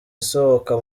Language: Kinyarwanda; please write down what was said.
isohoka